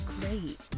Great